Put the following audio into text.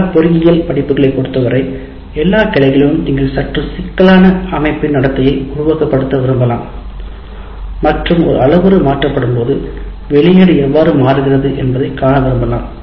பல பொறியியல் படிப்புகளைப் பொறுத்தவரை எல்லா கிளைகளிலும் நீங்கள் சற்று சிக்கலான அமைப்பின் நடத்தையை உருவகப்படுத்த விரும்பலாம் மற்றும் ஒரு அளவுரு மாற்றப்படும்போது வெளியீடு எவ்வாறு மாறுகிறது என்பதைக் காண விரும்பலாம்